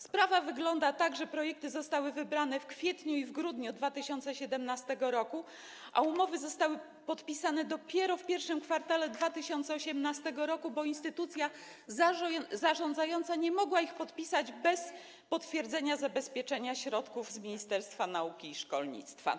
Sprawa wygląda tak, że projekty zostały wybrane w kwietniu i w grudniu 2017 r., a umowy zostały podpisane dopiero w I kwartale 2018 r., bo instytucja zarządzająca nie mogła ich podpisać bez potwierdzenia zabezpieczenia środków z ministerstwa nauki i szkolnictwa.